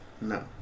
no